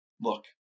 look